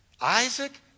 Isaac